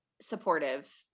supportive